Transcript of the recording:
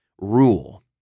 rule